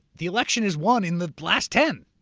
the election is one in the last ten.